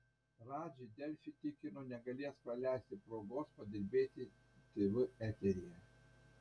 radži delfi tikino negalėjęs praleisti progos padirbėti tv eteryje